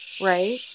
right